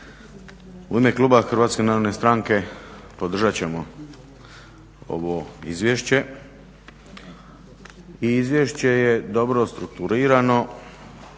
U ime kluba HNS-a podržat ćemo ovo izvješće. I izvješće je dobro strukturirano,